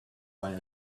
why